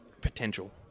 potential